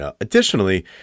Additionally